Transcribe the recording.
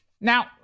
Now